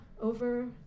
over